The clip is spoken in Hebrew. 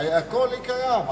הרי הכול קיים.